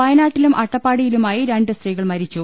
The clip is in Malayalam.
വയനാട്ടിലും അട്ടപ്പാടി യിലുമായി രണ്ടുസ്ത്രീകൾ മരിച്ചു